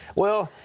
well,